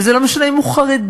וזה לא משנה אם הוא חרדי,